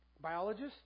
biologist